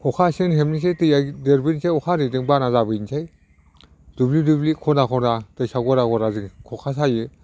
खखा सेन हेबनोसै दैया देरबोनसै अखा हादैजों बाना जाबोनोसै दुब्लि दुब्लि खना खना दैसा खना खना जोङो खखा सायो